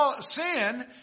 Sin